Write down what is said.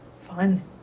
Fun